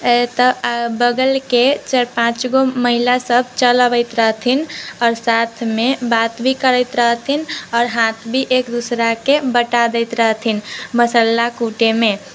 बगलके चारि पाँच गो महिलासब चलि अबै रहथिन आओर साथमे बात भी करैत रहथिन आओर हाथ भी एक दोसराके बँटा दैत रहथिन मसल्ला कुटैमे